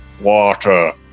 water